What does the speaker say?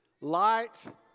Light